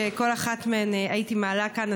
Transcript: שכל אחת מהן הייתי מעלה כאן,